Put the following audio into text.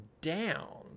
down